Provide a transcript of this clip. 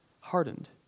hardened